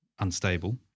unstable